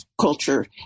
culture